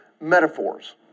metaphors